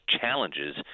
challenges